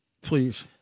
please